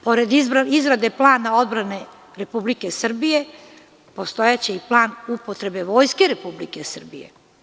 Pored izrade plana odbrane Republike Srbije postojaće i plan upotrebe Vojske Republike Srbije.